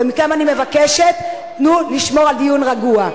ומכם אני מבקשת: תנו לשמור על דיון רגוע.